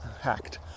hacked